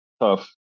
tough